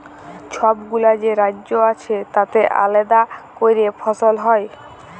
ছবগুলা যে রাজ্য আছে তাতে আলেদা ক্যরে ফসল হ্যয়